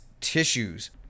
tissues